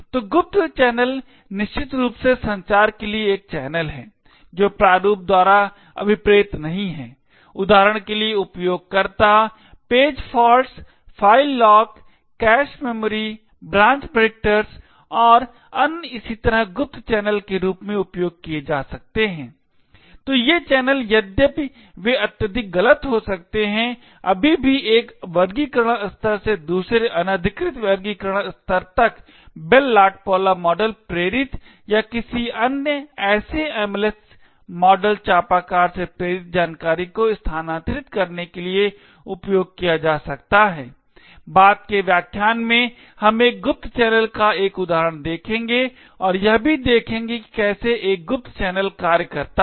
तो गुप्त चैनल निश्चित रूप से संचार के लिए एक चैनल है जो प्रारूप द्वारा अभिप्रेत नहीं है उदाहरण के लिए उपयोगकर्ता page faults file lock cache memory branch predictors और अन्य इसी तरह गुप्त चैनल के रूप में उपयोग किये जा सकता है तो ये चैनल यद्यपि वे अत्यधिक गलत हो सकते हैं अभी भी एक वर्गीकरण स्तर से दूसरे अनधिकृत वर्गीकरण स्तर तक बेल लाडपौला मॉडल प्रेरित या किसी अन्य ऐसे MLS मॉडल चापाकार से प्रेरित जानकारी को स्थानांतरित करने के लिए उपयोग किया जा सकता है बाद के व्याख्यान में हम एक गुप्त चैनल का एक उदाहरण देखेंगे और यह भी देखेंगे कि कैसे एक गुप्त चैनल कार्य करता है